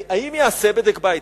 האם ייעשה בדק-בית?